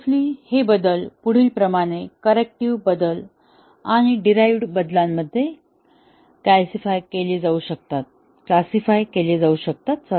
रफली हे बदल पुढीलप्रमाणे करेक्टिव्ह बदल आणि अड़ाप्टिव्ह बदलांमध्ये कॅल्सिफाय केले जाऊ शकतात